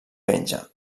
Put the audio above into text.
penja